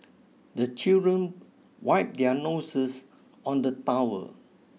the children wipe their noses on the towel